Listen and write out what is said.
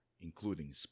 including